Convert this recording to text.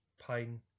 pain